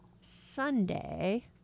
Sunday